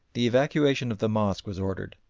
the evacuation of the mosque was ordered,